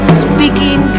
speaking